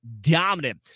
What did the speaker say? dominant